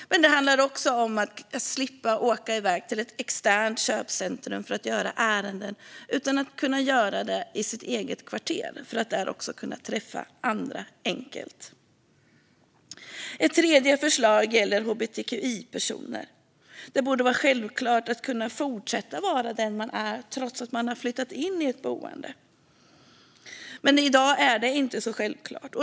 Det handlar också om att slippa åka till externt köpcentrum för att göra ärenden utan kunna göra dem i sina egna kvarter och där också lätt kunna träffa andra. Ett tredje förslag gäller hbtqi-personer. Det borde vara självklart att man kan fortsätta vara den man är trots att man flyttat in på ett boende, men i dag är det inte så självklart.